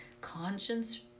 conscience